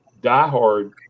diehard